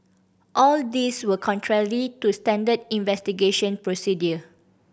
all these were contrarily to standard investigation procedure